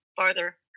Farther